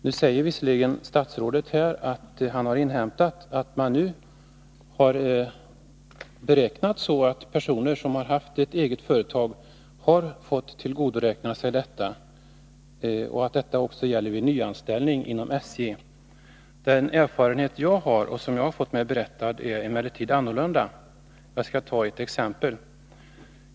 Nu säger visserligen statsrådet att han har inhämtat att en person som haft eget företag har fått tillgodoräkna sig den tiden och att detta gäller vid anställning inom SJ. Enligt de erfarenheter jag har och enligt vad jag har fått mig berättat förhåller det sig annorlunda. Jag skall ta ett exempel.